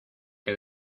que